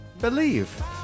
Believe